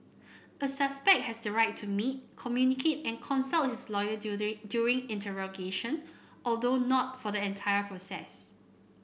a suspect has the right to meet communicate and consult his lawyer during during interrogation although not for the entire process